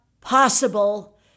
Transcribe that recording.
possible